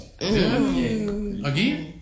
again